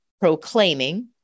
proclaiming